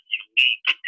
unique